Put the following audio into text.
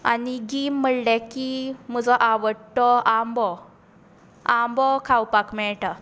आनी गीम म्हळ्ळे की म्हजो आवडटो आंबो आंबो खावपाक मेळटा